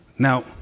Now